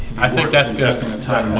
i think that's best in the time.